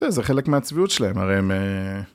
זה חלק מהצביעות שלהם, הרי הם...